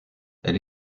elle